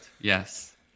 yes